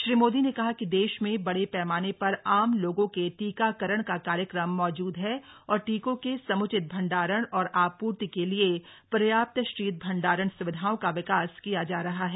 श्री मोदी ने कहा कि देश में बड़े पैमाने पर आम लोगों के टीकाकरण का कार्यक्रम मौजूद है और टीकों के समुचित भंडारण और आप्र्ति के लिए पर्याप्त शीत भंडारण स्विधाओं का विकास किया जा रहा है